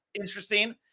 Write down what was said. interesting